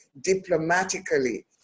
diplomatically